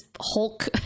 Hulk